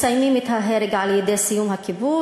מסיימים את ההרג על-ידי סיום הכיבוש.